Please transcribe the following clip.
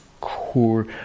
core